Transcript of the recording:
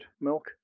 milk